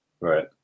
Right